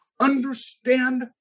understand